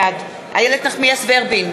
בעד איילת נחמיאס ורבין,